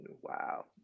wow